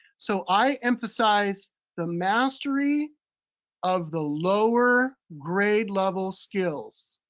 so i emphasize the mastery of the lower grade level skills,